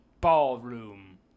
Ballroom